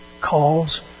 calls